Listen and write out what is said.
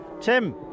Tim